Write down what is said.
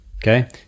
Okay